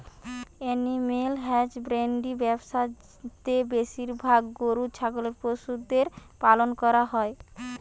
animal husbandry ব্যবসা তে বেশিরভাগ গরু ছাগলের পশুদের পালন করা হই